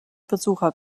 besucher